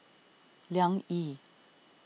Liang Yi